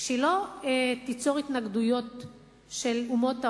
שלא תיצור התנגדויות של אומות העולם,